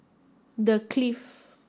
The Clift